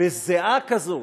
בזעה כזאת,